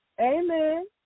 Amen